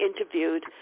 interviewed